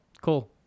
cool